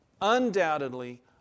undoubtedly